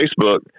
Facebook